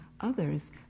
others